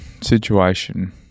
situation